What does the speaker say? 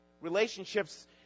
Relationships